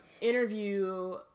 interview